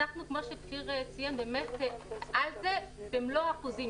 כפי שציין כפיר, אנחנו על זה במלוא האחוזים.